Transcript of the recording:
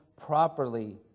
properly